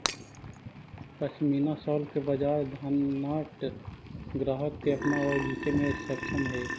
pashmina shawl के बाजार धनाढ्य ग्राहक के अपना ओर खींचे में सक्षम हई